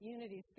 Unity